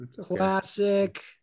classic